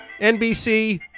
NBC